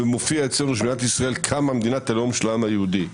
ומופיע אצלנו שבמדינת ישראל קמה מדינת הלאום של העם היהודי.